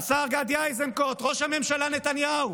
השר גדי איזנקוט, ראש הממשלה נתניהו,